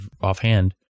offhand